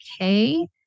okay